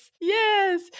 yes